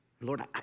Lord